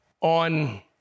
on